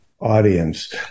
audience